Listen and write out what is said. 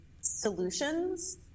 solutions